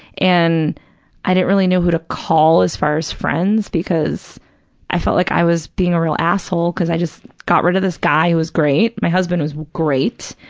and i didn't really know who to call as far as friends because i felt like i was being a real asshole because i just got rid of this guy who was great, my husband was great,